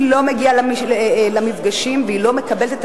היא לא מגיעה למפגשים והיא לא מקבלת את